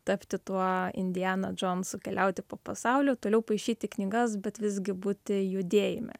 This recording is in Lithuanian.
tapti tuo indiana džonsu keliauti po pasaulį toliau paišyti knygas bet visgi būti judėjime